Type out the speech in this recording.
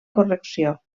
correcció